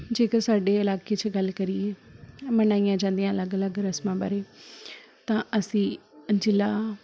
ਜੇਕਰ ਸਾਡੇ ਇਲਾਕੇ 'ਚ ਗੱਲ ਕਰੀਏ ਮਨਾਈਆਂ ਜਾਂਦੀਆਂ ਅਲੱਗ ਅਲੱਗ ਰਸਮਾਂ ਬਾਰੇ ਤਾਂ ਅਸੀਂ ਜ਼ਿਲ੍ਹਾ